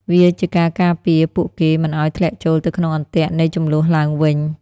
វាជាការការពារពួកគេមិនឱ្យធ្លាក់ចូលទៅក្នុងអន្ទាក់នៃជម្លោះឡើងវិញ។